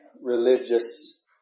religious